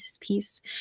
piece